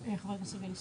חבר הכנסת יבגני סובה.